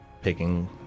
picking